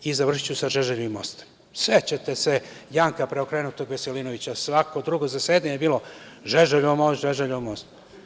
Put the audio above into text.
I završiću sa Žeželjevim mostom, sećate se Janka preokrenutog Veselinovića, svako drugo zasedanje je bilo Žeželjev most, Žeželjev most.